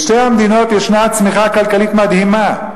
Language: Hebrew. בשתי המדינות יש צמיחה כלכלית מדהימה.